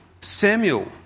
Samuel